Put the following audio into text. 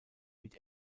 mit